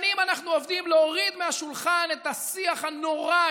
שנים אנחנו עובדים להוריד מהשולחן את השיח הנורא,